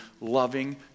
loving